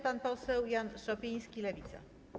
Pan poseł Jan Szopiński, Lewica.